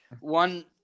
one